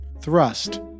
thrust